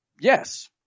Yes